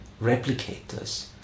replicators